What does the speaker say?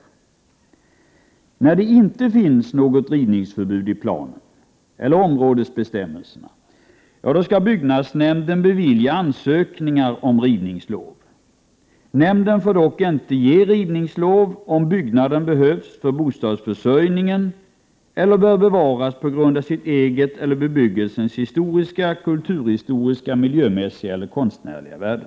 När det inte finns något rivningsförbud i planen eller områdesbestämmelserna, skall byggnadsnämnden bevilja ansökningar om rivningslov. Nämnden får dock inte ge rivningslov om byggnaden behövs för bostadsförsörjningen eller bör bevaras på grund av sitt eget eller begyggelsens historiska, kulturhistoriska, miljömässiga eller konstnärliga värde.